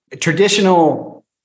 traditional